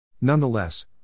Nonetheless